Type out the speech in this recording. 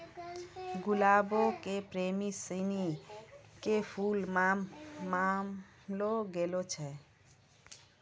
गुलाबो के प्रेमी सिनी के फुल मानलो गेलो छै